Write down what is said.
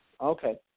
Okay